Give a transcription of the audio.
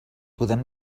podem